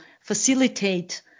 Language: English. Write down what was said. facilitate